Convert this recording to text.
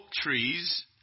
trees